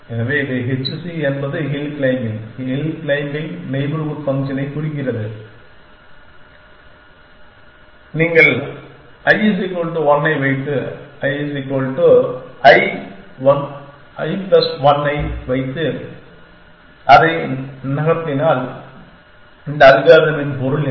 எனவே HC என்பது hill climbing hill climbing neighbourhood ஃபங்க்ஷனைக் குறிக்கிறது நீங்கள் I 1 ஐ வைத்து I I 1 ஐ வைத்து அதை நகர்த்தினால் இந்த அல்காரிதமின் பொருள் என்ன